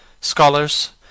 scholars